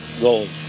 Gold